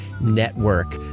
network